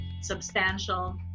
substantial